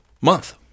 month